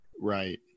Right